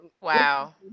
Wow